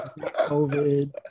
COVID